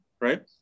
right